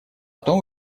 том